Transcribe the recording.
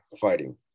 fighting